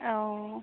অঁ